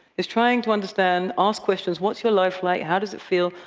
is trying to understand, ask questions, what's your life like, how does it feel,